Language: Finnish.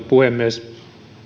puhemies